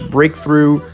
Breakthrough